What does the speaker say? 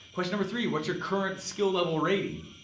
question number three, what's your current skill level rating?